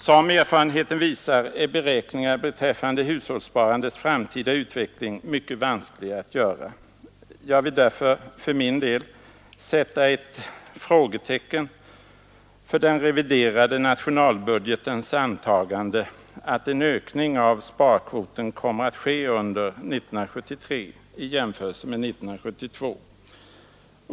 Som erfarenheten visat är beräkningar beträffande hushållssparandets framtida utveckling mycket vanskliga att göra. Jag vill därför för min del sätta ett frågetecken för den reviderade nationalbudgetens antagande att en ökning av sparkvoten kommer att ske under år 1973 i jämförelse med 1972.